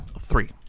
Three